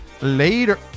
later